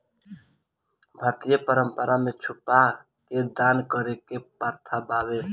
भारतीय परंपरा में छुपा के दान करे के प्रथा बावे